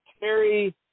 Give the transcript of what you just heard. Terry